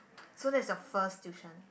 so that's your first tuition